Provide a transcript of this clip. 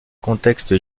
contexte